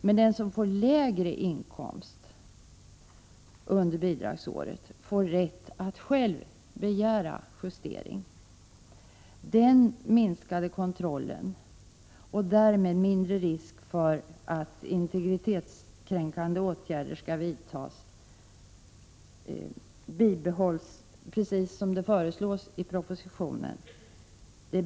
Men den som får lägre inkomst under bidragsåret får rätt att själv begära en justering. Den minskade kontrollen — och därmed mindre risk för att integritetskränkande åtgärder vidtas — bibehålls, precis som det föreslås i propositionen.